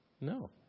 No